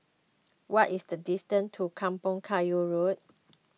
what is the distance to Kampong Kayu Road